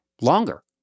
longer